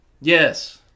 Yes